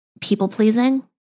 people-pleasing